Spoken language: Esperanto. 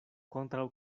kontraŭ